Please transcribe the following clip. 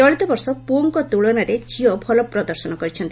ଚଳିତବର୍ଷ ପୁଅଙ୍କ ତୁଳନାରେ ଝିଅ ଭଲ ପ୍ରଦର୍ଶନ କରିଛନ୍ତି